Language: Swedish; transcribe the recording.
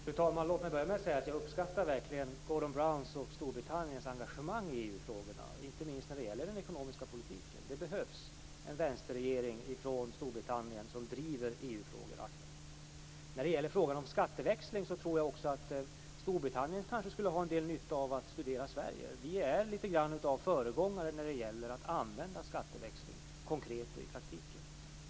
Fru talman! Jag vill börja med att säga att jag verkligen uppskattar Gordon Browns och Storbritanniens engagemang i EU-frågorna, inte minst när det gäller den ekonomiska politiken. Det behövs en vänsterregering från Storbritannien som aktivt driver Beträffande frågan om skatteväxling tror jag att Storbritannien skulle ha en viss nytta av att studera Sverige. Vi är litet grand av föregångare när det gäller att använda skatteväxling konkret och i praktiken.